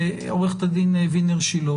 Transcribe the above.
עורכת הדין וינר שילה,